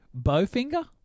Bowfinger